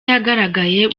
yagaragaye